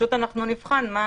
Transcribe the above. אנחנו נבחן מה